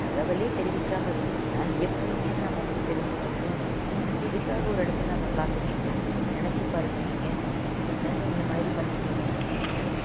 தகவலே தெரிவிக்காமல் இருந்திங்கன்னா எப்படிங்க நம்ம வந்து தெரிஞ்சுக்கிறது ம் எதுக்காக ஒரு இடத்துல நம்ம காத்துகிட்ருக்குறோம் நெனச்சு பாருங்க நீங்கள் என்னங்க இந்தமாதிரி பண்ணிட்டிங்க ஆ